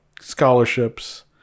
scholarships